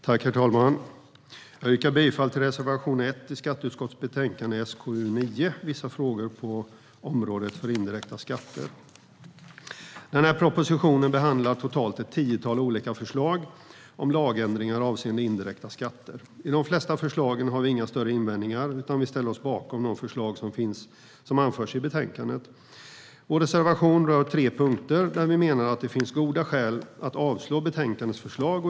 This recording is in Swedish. Herr talman! Jag yrkar bifall till reservation 1 i skatteutskottets betänkande SkU13 Vissa frågor på området för indirekta skatter . Propositionen behandlar totalt ett tiotal olika förslag om lagändringar avseende indirekta skatter. De flesta av förslagen har vi inga större invändningar mot, utan vi ställer oss bakom de förslag som anförs i betänkandet. Vår reservation rör tre punkter där vi menar att det finns goda skäl att avslå betänkandets förslag.